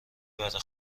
بره